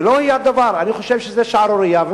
אני חושב שזו שערורייה.